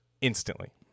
instantly